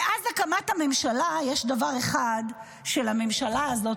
מאז הקמת הממשלה יש דבר אחד שלממשלה הזאת,